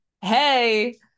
Hey